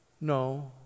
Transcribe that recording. no